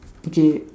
okay